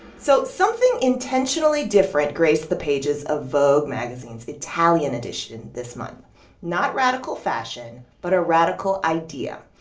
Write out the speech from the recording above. so something intentionally different graced the pages of vogue magazine's italian edition this month not radical fashion but a radical idea.